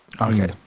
okay